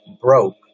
broke